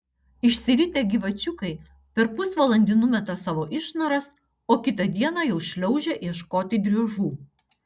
išsiritę gyvačiukai per pusvalandį numeta savo išnaras o kitą dieną jau šliaužia ieškoti driežų